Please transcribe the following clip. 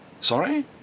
sorry